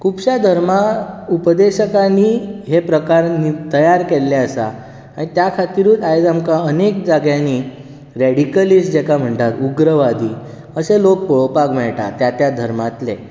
खुबश्यां धर्मा उपदेशकांनी हे प्रकार तयार केल्ले आसात आनी त्या खातीरूच आयज आमकां अनेक जाग्यांनी रेडिकलीज म्हणटा उग्रवादी अशे लोक पळोवपाक मेळटा त्या त्या धर्मांतलें